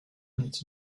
into